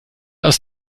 aus